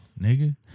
nigga